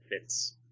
fits